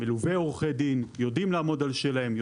לבין עורכי דין שיודעים לעמוד על שלהם,